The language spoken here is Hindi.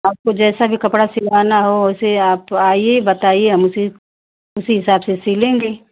आपको जैसा भी कपड़ा सिलवाना हो वैसे आप आइए बताइए हम उसी उसी हिसाब से सिलेगें